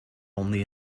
only